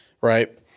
right